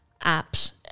apps